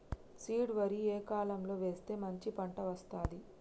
Seed వరి ఏ కాలం లో వేస్తే మంచి పంట వస్తది?